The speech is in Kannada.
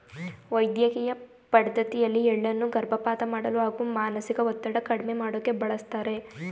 ವೈದ್ಯಕಿಯ ಪದ್ಡತಿಯಲ್ಲಿ ಎಳ್ಳನ್ನು ಗರ್ಭಪಾತ ಮಾಡಲು ಹಾಗೂ ಮಾನಸಿಕ ಒತ್ತಡ ಕಡ್ಮೆ ಮಾಡೋಕೆ ಬಳಸ್ತಾರೆ